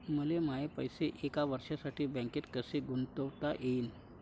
मले माये पैसे एक वर्षासाठी बँकेत कसे गुंतवता येईन?